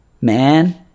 man